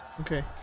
Okay